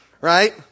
Right